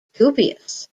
dubious